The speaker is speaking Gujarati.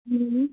હા